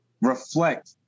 reflect